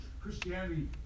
Christianity